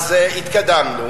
אז התקדמנו.